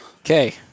Okay